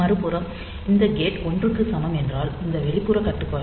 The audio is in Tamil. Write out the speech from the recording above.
மறுபுறம் இந்த கேட் 1 க்கு சமம் என்றால் இந்த வெளிப்புற கட்டுப்பாடு